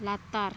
ᱞᱟᱛᱟᱨ